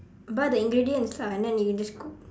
buy the ingredients lah and then you just cook